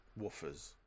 woofers